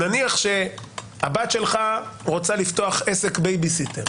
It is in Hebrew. נניח שהבת שלך רוצה לפתוח עסק בייביסיטר,